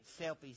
selfies